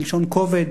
מלשון כובד,